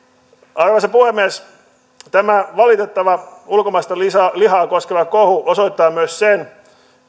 arvoisa puhemies tämä valitettava ulkomaista lihaa lihaa koskeva kohu osoittaa myös sen